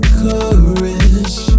courage